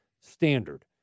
standard